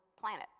planet